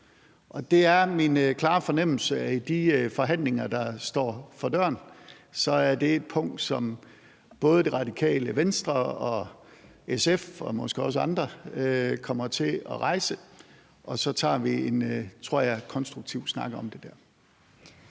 Og det er min klare fornemmelse, at i de forhandlinger, der står for døren, er det et punkt, som både Radikale Venstre og SF og måske også andre kommer til at rejse, og så tager vi en, tror jeg, konstruktiv snak om det der.